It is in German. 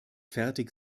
fertig